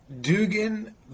Dugan